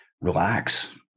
relax